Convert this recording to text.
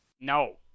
No